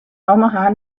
omaha